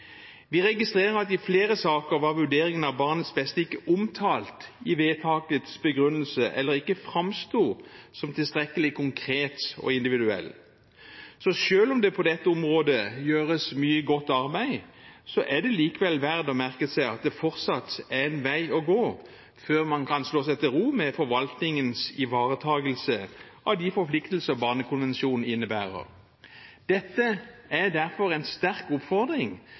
Vi registrerer at i flere saker var vurderingen av barnets beste ikke omtalt i vedtakets begrunnelse, eller den framsto ikke som tilstrekkelig konkret og individuell. Så selv om det på dette området gjøres mye godt arbeid, er det likevel verdt å merke seg at det fortsatt er en vei å gå før man kan slå seg til ro med forvaltningens ivaretakelse av de forpliktelser barnekonvensjonen innebærer. Dette er derfor en sterk oppfordring